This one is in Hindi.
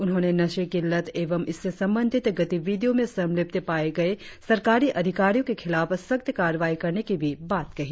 उन्होंने नशे की लत एवं इससे संबंधित गतिविधियों में संलिप्त पाये गए सरकारी अधिकारियों के खिलाफ सख्त कार्रवाई करने की भी बात कही